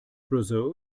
roseau